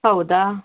ಹೌದ